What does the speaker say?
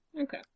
Okay